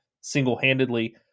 single-handedly